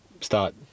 start